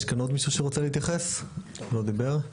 יש כאן עוד מישהו שרוצה להתייחס ולא דיבר?